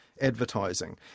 advertising